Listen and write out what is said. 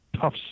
tough